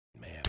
Man